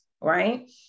right